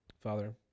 Father